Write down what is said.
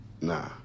Nah